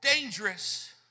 dangerous